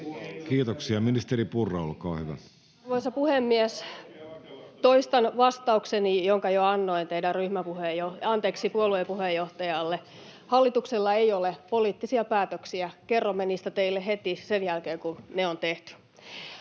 Kiitoksia. — Ministeri Purra, olkaa hyvä. Arvoisa puhemies! Toistan vastaukseni, jonka jo annoin teidän puolueen puheenjohtajalle: Hallituksella ei ole poliittisia päätöksiä. Kerromme niistä teille heti sen jälkeen, kun ne on tehty.